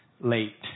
Late